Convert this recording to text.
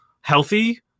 healthy